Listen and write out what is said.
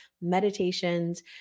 meditations